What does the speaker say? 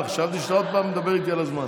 חשבתי שאתה עוד פעם מדבר איתי על הזמן.